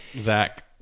zach